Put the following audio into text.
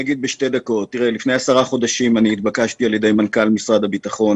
לפני עשרה חודשים נתבקשתי על ידי מנכ"ל משרד הביטחון,